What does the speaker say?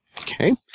Okay